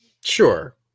Sure